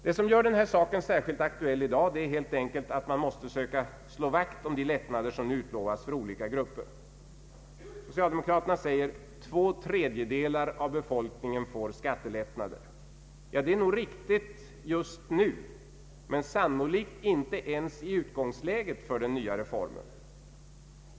Det som gör denna sak särskilt aktuell i dag är helt enkelt att man måste söka slå vakt om de lättnader som nu utlovas för olika grupper. Socialdemokraterna säger: två tredjedelar av befolkningen får skattelättnader. Det är riktigt nu, men sannolikt inte ens i utgångsläget för skattereformen.